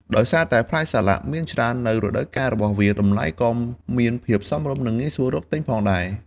ដោយសារតែផ្លែសាឡាក់មានច្រើននៅរដូវកាលរបស់វា តម្លៃក៏មានភាពសមរម្យ និងងាយស្រួលរកទិញផងដែរ។